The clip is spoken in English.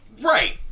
Right